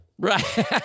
Right